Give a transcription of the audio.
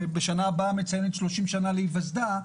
שבשנה הבאה מציינת 30 שנה להיווסדה,